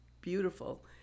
beautiful